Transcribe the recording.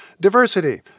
diversity